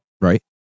Right